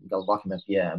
galvokim apie